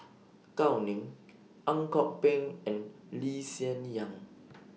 Gao Ning Ang Kok Peng and Lee Hsien Yang